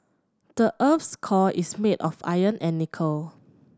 the earth's core is made of iron and nickel